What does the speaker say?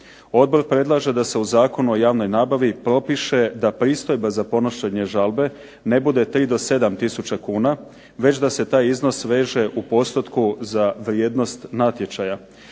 Odbor predlaže da se u Zakonu o javnoj nabavi propiše da pristojba za podnošenje žalbe ne bude 3 do 7 tisuća kuna, već da se taj iznos veže u postotku za vrijednost natječaja.